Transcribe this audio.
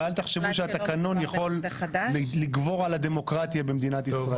ואל תחשבו שהתקנון יכול לגבור על הדמוקרטיה במדינת ישראל.